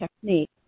technique